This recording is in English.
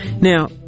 Now